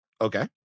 okay